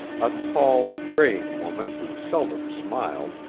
a tall, graying woman who seldom smiled,